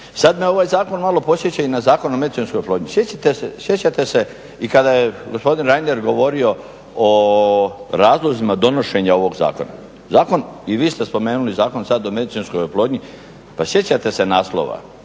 Sad me ovaj zakon malo podsjeća i na Zakon o medicinskoj oplodnji. Sjećate se i kada je gospodin Reiner govorio o razlozima donošenja ovog zakona, i vi ste spomenuli zakon sada o medicinskoj oplodnji, pa sjećate se naslova?